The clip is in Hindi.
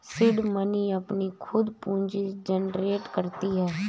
सीड मनी अपनी खुद पूंजी जनरेट करती है